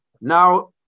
Now